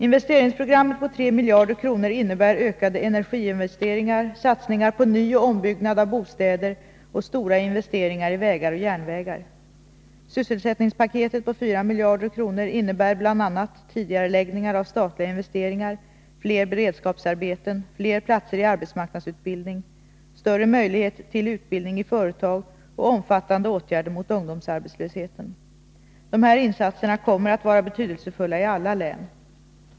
Investeringsprogrammet på 3 miljarder kronor innebär ökade energiinvesteringar, satsningar på nyoch ombyggnader av bostäder och stora investeringar i vägar och järnvägar. Sysselsättningspaketet på 4 miljarder kronor innebär bl.a. tidigareläggningar av statliga investeringar, fler beredskapsarbeten, fler platser i arbetsmarknadsutbildningen, större möjligheter till utbildning i företag och omfattande åtgärder mot ungdomsarbetslösheten. De här insatserna kommer att vara betydelsefulla för alla län.